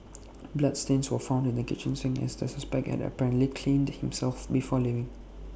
bloodstains were found in the kitchen sink as the suspect had apparently cleaned himself before leaving